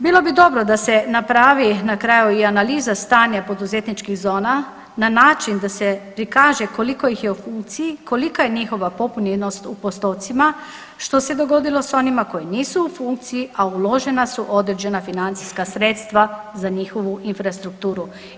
Bilo bi dobro da se napravi na kraju i analiza stanja poduzetničkih zona na način da se prikaže koliko ih je u funkciji, kolika je njihova popunjenost u postocima, što se dogodilo sa onima koji nisu u funkciji, a uložena su određena financijska sredstva za njihovu infrastrukturu?